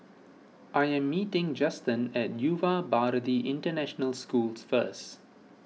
I am meeting Justen at Yuva Bharati International Schools first